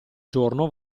giorno